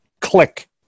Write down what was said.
click